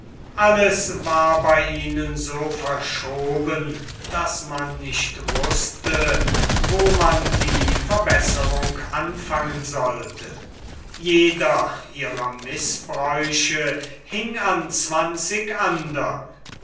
alles war bei ihnen so verschoben daß man nicht wußte wo man die verbesserung anfangen sollte jeder ihrer mißbräuche hing an zwanzig andern